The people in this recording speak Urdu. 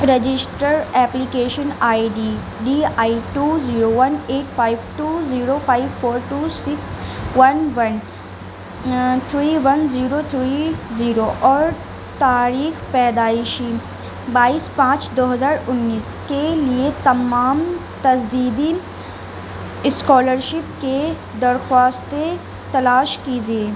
register application I D D I two zero one eight five two zero five four two six one one three one zero three zero اور تاریخ پیدائشی بائیس پانچ دو ہزار انیس کے لیے تمام تجدیدی اسکالرشپ کے درخواستیں تلاش کیجیے